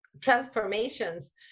transformations